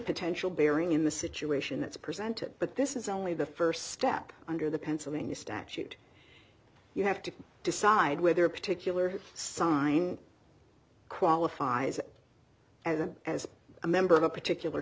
potential bearing in the situation it's presented but this is only the first step under the pennsylvania statute you have to decide whether a particular sign qualifies as a as a member of a particular